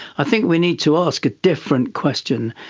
i think we need to ask a different question,